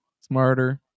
smarter